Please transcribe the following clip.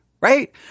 right